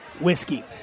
whiskey